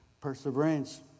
Perseverance